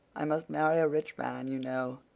i must marry a rich man, you know.